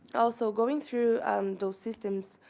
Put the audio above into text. also, going through those systems,